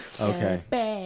Okay